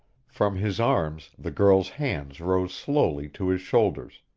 from his arms the girl's hands rose slowly to his shoulders,